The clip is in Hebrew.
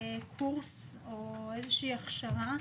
קורס או הכשרה